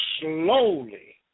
slowly